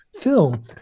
film